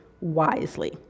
wisely